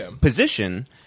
position